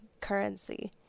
currency